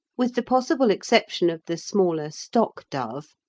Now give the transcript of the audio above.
with the possible exception of the smaller stock-dove,